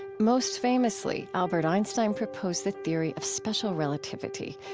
most famously, albert einstein proposed the theory of special relativity,